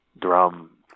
drum